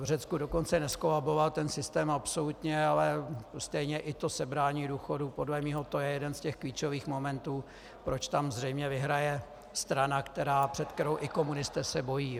V Řecku dokonce nezkolaboval ten systém absolutně, ale stejně i to sebrání důchodů podle mého, to je jeden z těch klíčových momentů, proč tam zřejmě vyhraje strana, před kterou i komunisté se bojí.